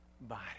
body